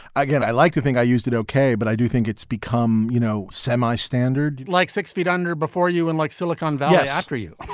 again, i like to think i used it ok. but i do think it's become, you know, sammy's standard like six feet under before you and like silicon valley after you.